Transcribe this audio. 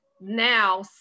now